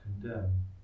condemn